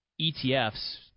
ETFs